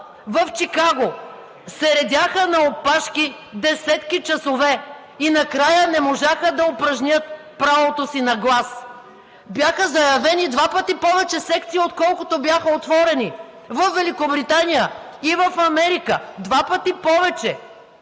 в Чикаго се редяха на опашки десетки часове и накрая не можаха да упражнят правото си на глас. Бяха заявени два пъти повече секции, отколкото бяха отворени. Във Великобритания и в Америка – два пъти повече.